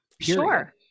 Sure